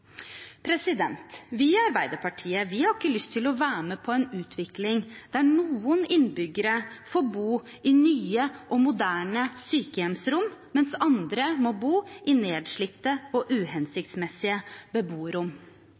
sykehjem. Vi i Arbeiderpartiet har ikke lyst til å være med på en utvikling der noen innbyggere får bo i nye og moderne sykehjemsrom, mens andre må bo i nedslitte og uhensiktsmessige beboerrom.